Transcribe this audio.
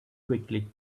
quickly